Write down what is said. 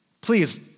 please